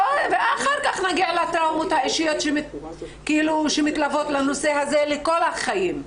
ואחר כך מגיעים לטעויות האישיות שמתלוות לנושא הזה לכל החיים.